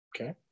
Okay